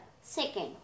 second